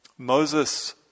Moses